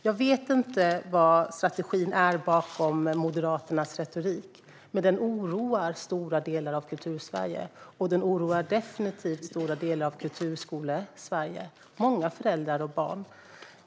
Jag vet inte vad strategin är bakom Moderaternas retorik, men den oroar stora delar av Kultursverige. Den oroar definitivt stora delar av Kulturskolesverige, inklusive många föräldrar och barn.